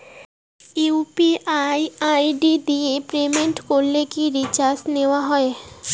UPI ID দিয়ে payment করলে কি চার্জ নেয়া হয়?